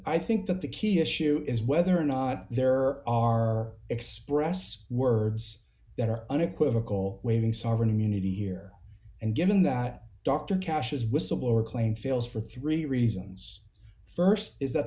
i think that the key issue is whether or not there are express words that are unequivocal waiving sovereign immunity here and given that dr cashes whistleblower claim fails for three reasons st is that